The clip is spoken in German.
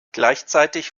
gleichzeitig